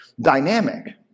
dynamic